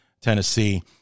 Tennessee